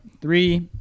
Three